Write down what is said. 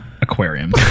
aquarium